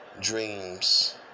dreams